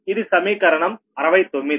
ఇది సమీకరణం 69